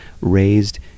raised